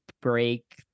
break